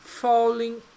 falling